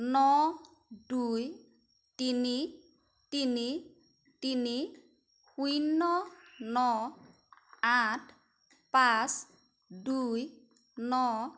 ন দুই তিনি তিনি তিনি শূন্য ন আঠ পাঁচ দুই ন